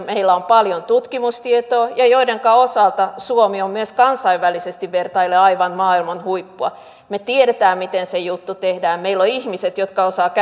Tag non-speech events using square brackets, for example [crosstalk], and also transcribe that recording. [unintelligible] meillä on paljon tutkimustietoa ja joidenka osalta suomi on myös kansainvälisesti vertaillen aivan maailman huippua me tiedämme miten se juttu tehdään meillä on ihmiset jotka osaavat [unintelligible]